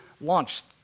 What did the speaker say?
launched